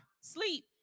sleep